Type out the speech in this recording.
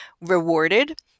rewarded